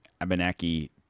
Abenaki